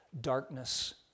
darkness